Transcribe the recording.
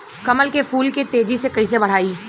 कमल के फूल के तेजी से कइसे बढ़ाई?